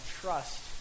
trust